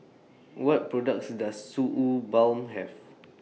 What products Does Suu Balm Have